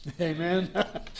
amen